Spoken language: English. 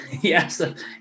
yes